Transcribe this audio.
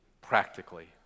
practically